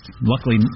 Luckily